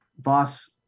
Voss